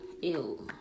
Ew